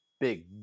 big